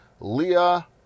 Leah